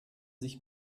sich